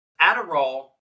Adderall